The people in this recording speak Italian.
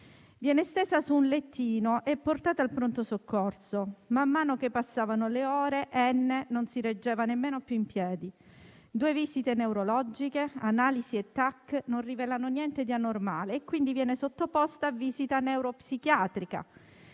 Viene stesa su un lettino e portata al pronto soccorso. Man mano che passavano le ore, N non si reggeva nemmeno più in piedi. Due visite neurologiche, analisi e TAC rivelano niente di anormale e quindi viene sottoposta a visita neuropsichiatrica.